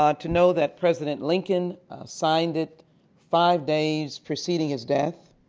um to know that president lincoln signed it five days preceding his death.